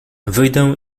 wyjdę